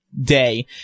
day